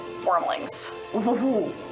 wormlings